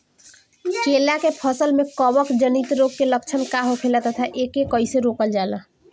केला के फसल में कवक जनित रोग के लक्षण का होखेला तथा एके कइसे रोकल जाला?